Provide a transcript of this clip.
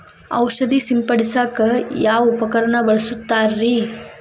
ಔಷಧಿ ಸಿಂಪಡಿಸಕ ಯಾವ ಉಪಕರಣ ಬಳಸುತ್ತಾರಿ?